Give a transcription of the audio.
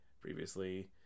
previously